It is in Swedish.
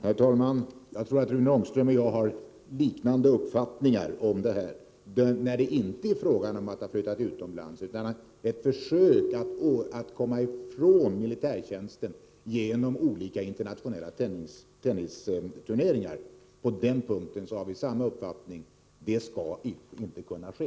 Herr talman! Jag tror att Rune Ångström och jag har liknande uppfattningar om detta när det inte är fråga om personer som flyttat utomlands utan när det gäller ett försök att komma ifrån militärtjänsten genom olika internationella tennisturneringar. På den punkten har vi samma uppfattning — detta skall inte kunna ske.